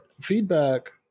Feedback